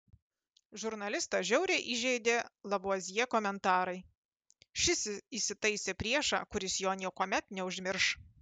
žurnalistą žiauriai įžeidė lavuazjė komentarai šis įsitaisė priešą kuris jo niekuomet neužmirš